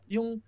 Yung